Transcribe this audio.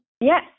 Yes